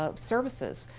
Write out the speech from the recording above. ah services,